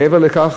מעבר לכך,